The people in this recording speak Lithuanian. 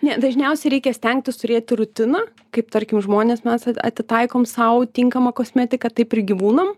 ne dažniausiai reikia stengtis turėti rutiną kaip tarkim žmonės mes atitaikom sau tinkamą kosmetiką taip ir gyvūnam